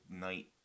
night